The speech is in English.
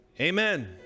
amen